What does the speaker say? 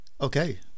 okay